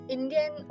Indian